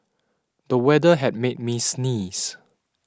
the weather had made me sneeze